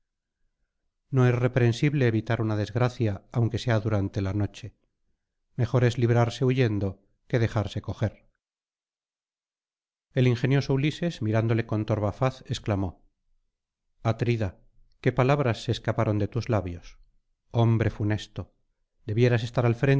no es reprensible evitar una desgracia aunque sea durante la noche mejor es librarse huyendo que dejarse coger el ingenioso ulises mirándole con torva faz exclamó jatrida qué palabras se escaparon de tus labios hombre funesto debieras estar al